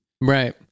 Right